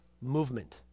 movement